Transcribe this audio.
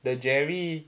the jerry